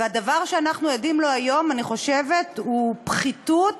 והדבר שאנחנו עדים לו היום, אני חושבת, הוא פחיתות